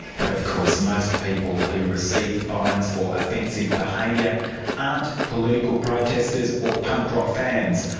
but of course most people who receive fines for offensive behaviour aren't political protesters or punk rock fans.